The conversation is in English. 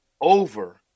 over